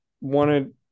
wanted